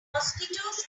mosquitoes